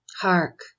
Hark